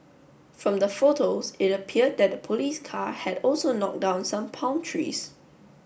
from the photos it appeared that the police car had also knocked down some palm trees